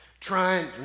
Trying